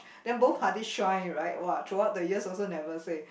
then both parties shy right [wah] throughout the years also never say